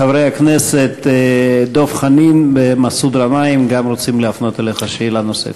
חברי הכנסת דב חנין ומסעוד גנאים גם רוצים להפנות אליך שאלה נוספת.